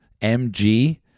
MG